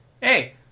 Hey